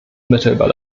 mittelbar